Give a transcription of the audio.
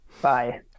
Bye